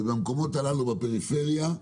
במקומות הללו, בפריפריה,